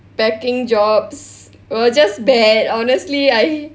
packing jobs it was just bad honestly I